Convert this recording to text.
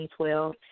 2012